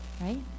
right